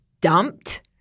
dumped